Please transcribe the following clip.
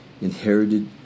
inherited